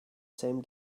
same